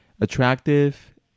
attractive